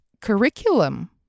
curriculum